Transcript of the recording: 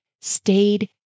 stayed